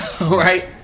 Right